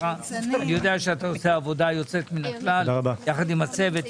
אני יודע שאתה עושה עבודה נהדרת עם הצוות,